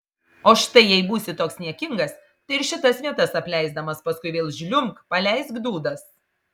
o štai jei būsi toks niekingas tai ir šitas vietas apleisdamas paskui vėl žliumbk paleisk dūdas